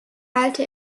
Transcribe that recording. halte